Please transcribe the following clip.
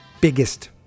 biggest